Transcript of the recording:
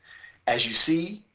as you see,